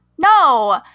No